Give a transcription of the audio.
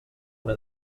una